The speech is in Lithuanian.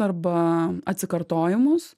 arba atsikartojimus